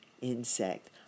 insect